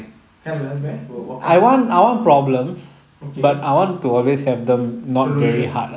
what kind of okay solution